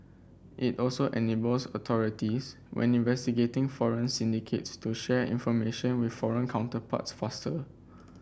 it also enables authorities when investigating foreign syndicates to share information with foreign counterparts faster